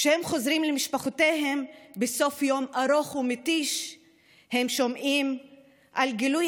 כשהם חוזרים למשפחותיהם בסוף יום ארוך ומתיש הם שומעים על גילויי